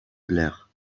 blair